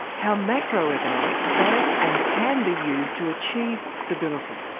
how macro economics has and can be used to achieve stability.